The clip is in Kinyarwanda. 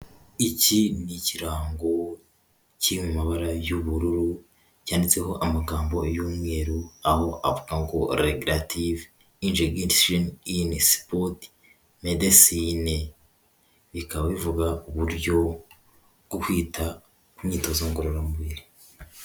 Iki n'ikirango cyiri mabara y'ubururu cyanditseho amagambo y'umweru, aho avuga ngo Regenerative Injection in Sport Medecine, ikaba ivuga uburyo bwo kwita ku myitozo ngororamubiri.